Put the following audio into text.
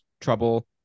trouble